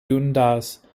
dundas